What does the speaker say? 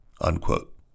unquote